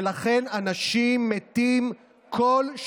בנסיגה, ומעט מיני הדו-חיים שלנו כמעט נעלמו כליל,